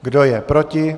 Kdo je proti?